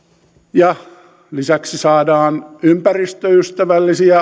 ja lisäksi saadaan ympäristöystävällisiä